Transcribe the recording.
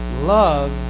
love